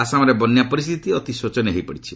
ଆସାମରେ ବନ୍ୟା ପରିସ୍ଥିତି ଅତି ଶୋଚନୀୟ ହୋଇପଡିଛି